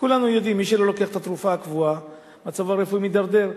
כולנו יודעים: מי שלא לוקח את התרופה הקבועה מצבו הרפואי מידרדר,